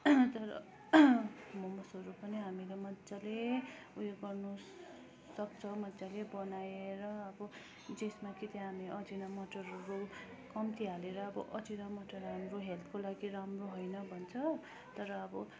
तर मोमोजहरू पनि हामीले मजाले सक्छ मजाले बनाएर अब जसमा कि त्यहाँ हामी अजिना मटरहरू कम्ती हालेर अब अजिना मटर हाम्रो हेल्थको लागि राम्रो होइन भन्छ तर अब